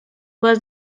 was